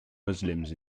muslims